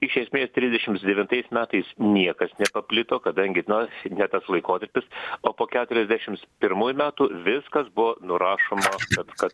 iš esmės trisdešimts devintais metais niekas nepaplito kadangi nors ne tas laikotarpis o po keturiasdešimts pirmųjų metų viskas buvo nurašoma kad kad